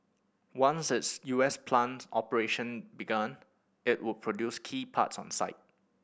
once its U S plant operation began it would produce key parts on site